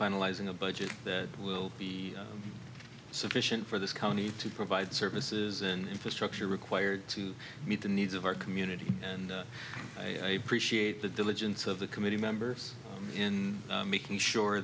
finalizing a budget that will be sufficient for this county to provide services and infrastructure required to meet the needs of our community and i appreciate the diligence of the committee members in making sure